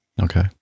Okay